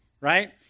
right